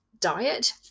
Diet